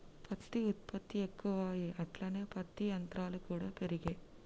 పత్తి ఉత్పత్తి ఎక్కువాయె అట్లనే పత్తి యంత్రాలు కూడా పెరిగే